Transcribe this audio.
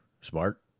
Smart